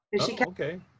okay